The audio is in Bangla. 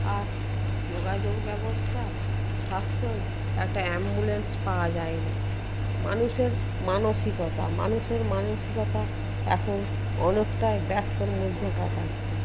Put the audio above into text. আর যোগাযোগ ব্যবস্থা স্বাস্থ্যয় একটা অ্যাম্বুলেন্স পাওয়া যায় না মানুষের মানসিকতা মানুষের মানসিকতা এখন অনেকটাই ব্যস্তর মধ্যে কাটাচ্ছে